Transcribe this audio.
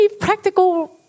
practical